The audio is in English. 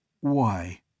Why